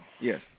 Yes